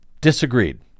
disagreed